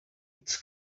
its